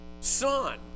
son